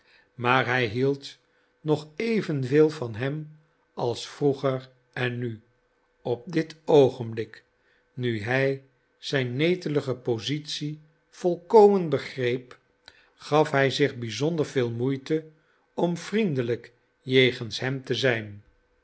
maar hij hield nog evenveel van hem als vroeger en nu op dit oogenblik nu hij zijn netelige positie volkomen begreep gaf hij zich bizonder veel moeite om vriendelijk jegens hem te zijn